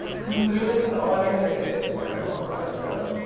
consider this an honor that you get to wear it before i do.